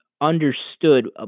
understood